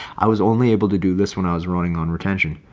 i was only able to do this when i was running on retention.